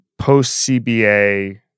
post-CBA